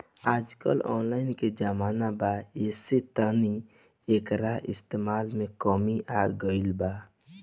आजकल ऑनलाइन के जमाना बा ऐसे तनी एकर इस्तमाल में कमी आ गइल बा